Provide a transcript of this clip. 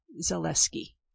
Zaleski